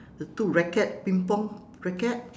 the two racket ping pong racket